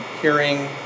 hearing